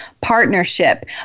partnership